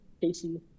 Casey